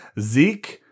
Zeke